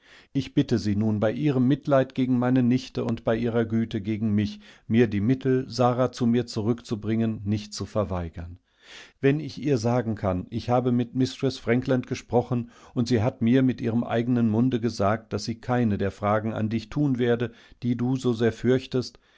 ich bitte sie nun bei ihrem mitleid gegen meine nichte und bei ihrer güte gegen mich mir die mittel sara zu mir zurückzubringen nicht zu verweigern wenn ich ihr sagen kann ich habe mistreß frankland gesprochen und sie hat mir mit ihrem eigenen munde gesagt daß sie keine derfragenandichtunwerde diedusosehrfürchtestwennichnurdassagenkann so